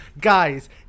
guys